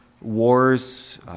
Wars